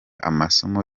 amasomo